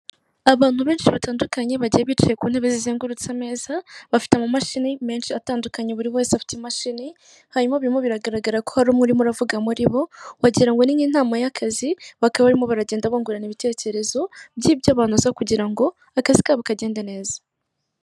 Abantu benshi batandukanye bagiye bicaye ku ntebe zizengurutse ameza, bafite amamashini menshi atandukanye buri wese afite imashini, hanyuma birimo biragaragara ko hari umwe urimo aravuga muri bo wagira ngo ni nk'inama y'akazi bakaba barimo baragenda bungurana ibitekerezo k'ibyo banoza kugira ngo akazi kabo kagende neza.